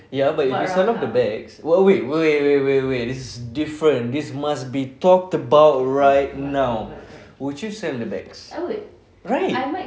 ya but if you sell off the bags what wait wait wait wait wait wait this is different this must be talked about right now would you sell the bags right